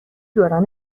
دوران